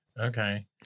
okay